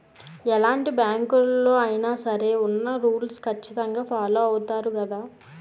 ఎలాంటి బ్యాంకులలో అయినా సరే ఉన్న రూల్స్ ఖచ్చితంగా ఫాలో అవుతారు గదా